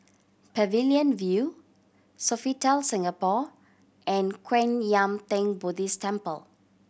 Pavilion View Sofitel Singapore and Kwan Yam Theng Buddhist Temple